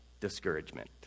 discouragement